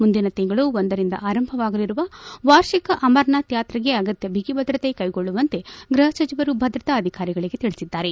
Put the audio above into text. ಮುಂದಿನ ತಿಂಗಳು ಒಂದರಿಂದ ಆರಂಭವಾಗಲಿರುವ ವಾರ್ಷಿಕ ಅಮರ್ನಾಥ ಯಾತ್ರೆಗೆ ಅಗತ್ಕ ಬಿಗಿಭದ್ರತೆ ಕೈಗೊಳ್ಳುವಂತೆ ಗೃಪಸಚಿವರು ಭದ್ರತಾ ಅಧಿಕಾರಿಗಳಿಗೆ ತಿಳಿಸಿದ್ದಾರೆ